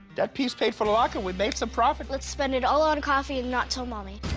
that piece paid for the locker. we made some profit. let's spend it all on coffee and not tell mommy.